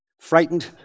frightened